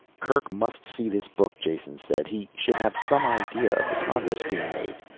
kerk must see this book, jason said. he should have some idea of the progress being made.